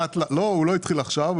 לא, הוא לא התחיל עכשיו.